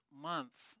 month